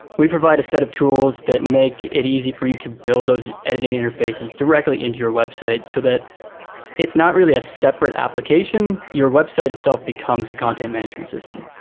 we provide a set of tools that make it easy for you to build those editing interfaces directly into your website so that it's not really a separate application. your website itself becomes a content management system.